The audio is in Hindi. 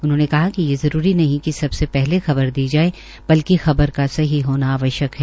उन्होंने कहा कि ये जरूरी नहीं कि सबसे पहले खबर दी जाये बल्कि खबर को सही होना आवश्यक है